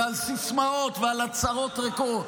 על סיסמאות ועל הצהרות ריקות.